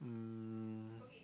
um